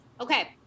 Okay